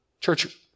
Church